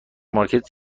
مارکت